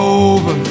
over